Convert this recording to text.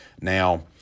Now